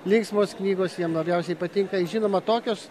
linksmos knygos jiem labiausiai patinka žinoma tokios